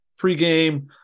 pregame